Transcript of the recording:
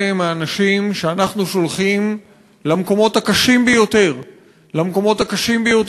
הם האנשים שאנחנו שולחים למקומות הקשים ביותר בחברה.